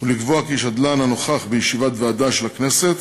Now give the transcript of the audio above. ולקבוע כי שדלן הנוכח בישיבת ועדה של הכנסת,